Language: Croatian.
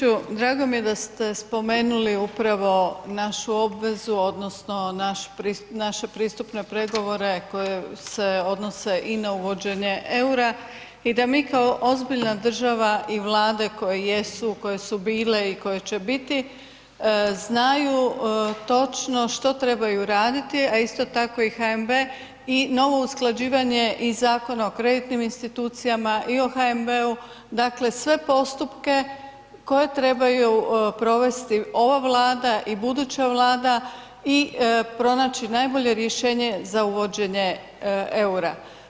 Kolega Đujiću, drago mi je da ste spomenuli upravo našu obvezu odnosno naše pristupne pregovore koje se odnose i na uvođenje eura i da mi kao ozbiljna država i Vlade koje jesu, koje su bile i koje će biti, znaju točno što trebaju raditi a isto tako i HNB i novo usklađivanje i Zakona o kreditnim institucijama i o HNB-u, dakle sve postupke koje trebaju provesti ova Vlada i buduća Vlada i pronaći najbolje rješenje za uvođenje eura.